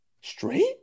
Straight